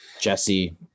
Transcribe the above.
Jesse